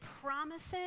promises